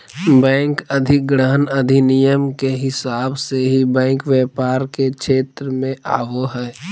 bank अधिग्रहण अधिनियम के हिसाब से ही बैंक व्यापार के क्षेत्र मे आवो हय